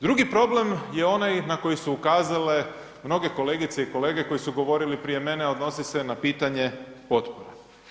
Drugi problem je onaj na koji su ukazale mnoge kolegice i kolege koji su govorili prije mene, a odnosi se na pitanje potpora.